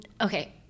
okay